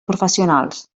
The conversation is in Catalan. professionals